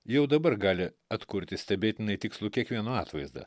jau dabar gali atkurti stebėtinai tikslų kiekvieno atvaizdą